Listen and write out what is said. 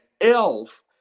Elf